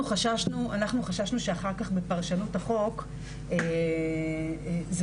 אנחנו חששנו שאחר כך בפרשנות החוק יאמרו